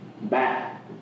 back